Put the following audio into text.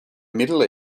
middle